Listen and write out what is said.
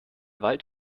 wald